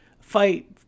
fight